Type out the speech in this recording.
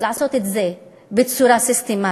לעשות את זה בצורה סיסטמטית,